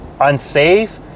Unsafe